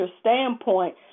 standpoint